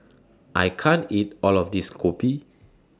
I can't eat All of This Kopi